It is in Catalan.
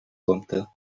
compte